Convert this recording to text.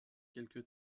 quelque